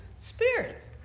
Spirits